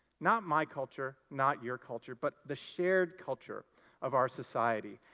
not my culture, not your culture, but the shared culture of our society.